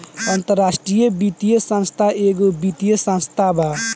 अन्तराष्ट्रिय वित्तीय संस्था एगो वित्तीय संस्था बा